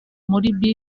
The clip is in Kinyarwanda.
muri